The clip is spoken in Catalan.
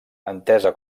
entesa